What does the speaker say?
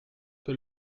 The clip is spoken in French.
que